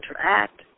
interact